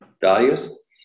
values